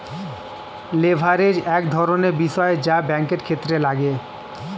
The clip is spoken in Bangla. লেভারেজ এক ধরনের বিষয় যা ব্যাঙ্কের ক্ষেত্রে লাগে